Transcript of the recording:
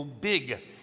big